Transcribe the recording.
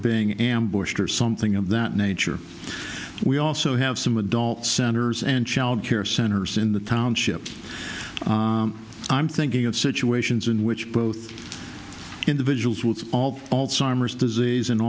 being ambushed or something of that nature we also have some adult centers and childcare centers in the township i'm thinking of situations in which both individuals with all a